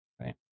Right